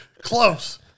Close